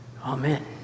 Amen